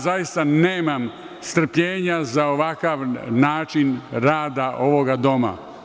Zaista nemam strpljenja za ovakav način rada ovog doma.